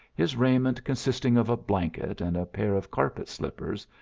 his raiment consisting of a blanket and a pair of carpet slippers,